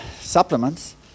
supplements